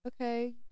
Okay